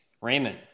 Raymond